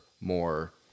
more